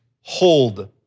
hold